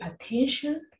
attention